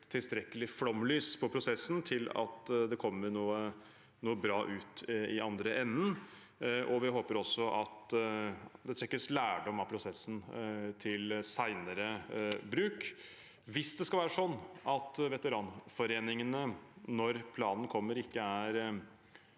tilstrekkelig flomlys på prosessen til at det kommer noe bra ut i den andre enden. Vi håper også at det trekkes lærdom av prosessen til senere bruk. Hvis det skal være sånn at veteranforeningene verken føler seg